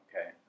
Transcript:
okay